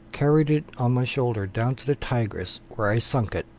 carried it on my shoulder down to the tigris, where i sunk it.